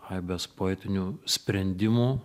aibes poetinių sprendimų